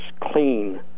clean